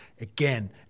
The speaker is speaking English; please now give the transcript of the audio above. Again